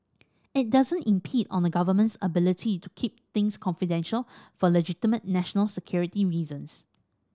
it doesn't impede on the Government's ability to keep things confidential for legitimate national security reasons